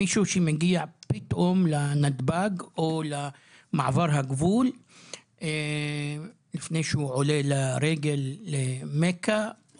מישהו שמגיע פתאום לנתב"ג או למעבר הגבול לפני שהוא עולה ברגל למכה,